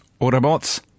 Autobots